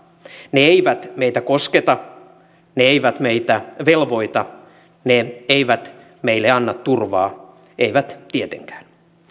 ne eivät meitä kosketa ne eivät meitä velvoita ne eivät meille anna turvaa eivät tietenkään